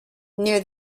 near